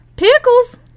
Pickles